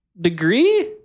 degree